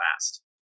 last